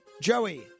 Joey